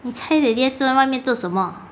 你猜 daddy 他坐在外面做什么